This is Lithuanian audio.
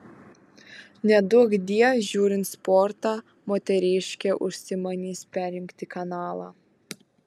neduokdie žiūrint sportą moteriškė užsimanys perjungti kanalą